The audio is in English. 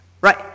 Right